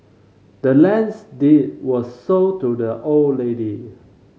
the land's deed was sold to the old lady